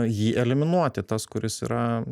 jį eliminuoti tas kuris yra